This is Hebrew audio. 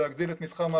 ולהגדיל את מתחם ההפגנה.